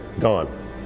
gone